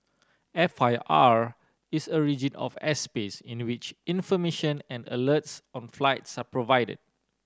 F I R is a region of airspace in which information and alerts on flights are provided